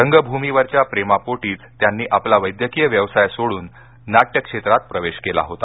रंगभूमीवरच्या प्रेमापोटीच त्यांनी आपला वैद्यकीय व्यवसाय सोडून नाट्यक्षेत्रात प्रवेश केला होता